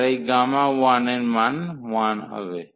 আর এই Γ এর মান 1 হবে